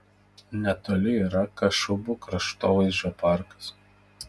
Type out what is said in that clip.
netoli yra kašubų kraštovaizdžio parkas